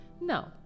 No